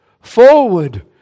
forward